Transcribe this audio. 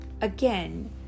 Again